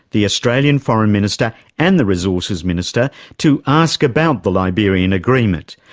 the australia foreign minister and the resources minister to ask about the liberian agreement,